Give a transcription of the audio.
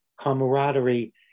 camaraderie